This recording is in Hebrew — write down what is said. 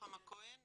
לכבוד לי.